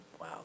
Wow